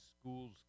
schools